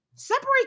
Separate